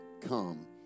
come